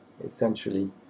Essentially